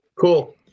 Cool